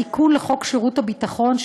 התיקון לחוק שירות הביטחון,